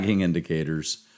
indicators